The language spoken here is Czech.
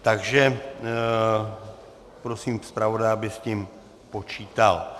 Takže prosím zpravodaje, aby s tím počítal.